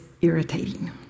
irritating